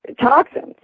toxins